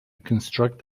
construct